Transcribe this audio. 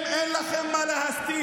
אם אין לכם מה להסתיר,